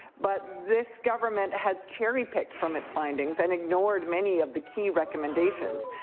but this government has cherry picked from its findings and ignored many of the key recommendations.